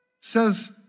says